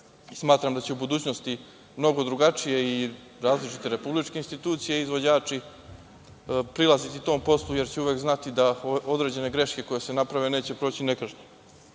Smatram da će u budućnosti mnogo drugačije i različite republičke institucije izvođači, prilaziti tom poslu jer će uvek znati da određene greške koje se naprave neće proći